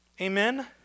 Amen